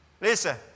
Listen